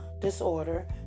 disorder